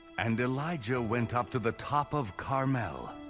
and elijah went up to the top of carmel